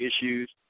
issues